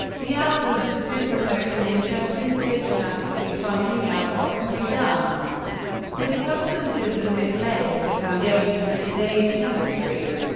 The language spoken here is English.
the alchemists did promote an interest in systematically finding out what can be done with substances, and this laid the foundation for today's chemistry.